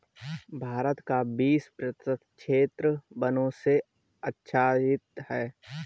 भारत का बीस प्रतिशत क्षेत्र वनों से आच्छादित है